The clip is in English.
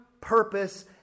purpose